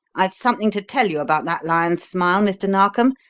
i've something to tell you about that lion's smile, mr. narkom,